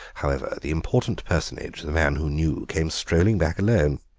however, the important personage, the man who knew, came strolling back alone.